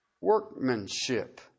workmanship